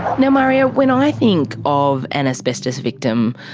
now, mario, when i think of an asbestos victim,